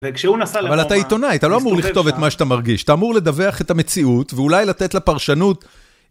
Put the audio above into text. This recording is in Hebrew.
אבל אתה עיתונאי, אתה לא אמור לכתוב את מה שאתה מרגיש, אתה אמור לדווח את המציאות ואולי לתת לה פרשנות.